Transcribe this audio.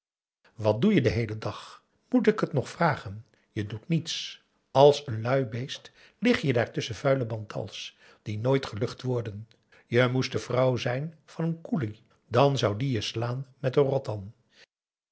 wat doe je den heelen dag moet ik het nog vragen je doet niets als een lui beest lig je daar tusschen vuile bantals die nooit gelucht worden je moest de vrouw zijn van een koeli dan zou die je slaan met de